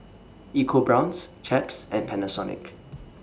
EcoBrown's Chaps and Panasonic